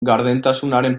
gardentasunaren